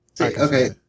Okay